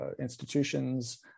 institutions